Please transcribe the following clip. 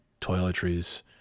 toiletries